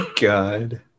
God